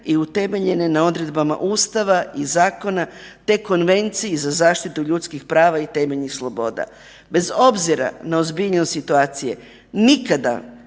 i utemeljene na odredbama Ustava i zakona te Konvenciji za zaštitu ljudskih prava i temeljnih sloboda. Bez obzira na ozbiljnost situacije nikada